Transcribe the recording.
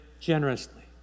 generously